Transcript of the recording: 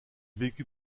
vécut